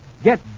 Get